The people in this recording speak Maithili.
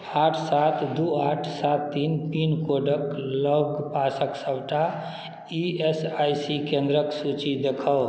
आठ सात दुइ आठ सात तीन पिनकोडके लगपासके सबटा ई एस आइ सी केन्द्रके सूची देखाउ